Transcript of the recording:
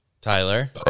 Tyler